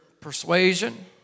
persuasion